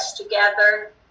together